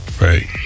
Right